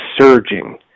surging